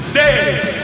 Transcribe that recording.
days